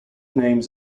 names